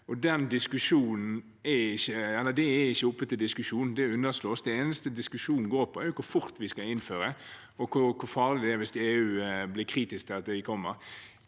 det er ikke oppe til diskusjon, for det underslås. Det eneste diskusjonen går ut på, er hvor fort vi skal innføre, og hvor farlig det er hvis EU blir kritisk til at vi kommer